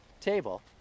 table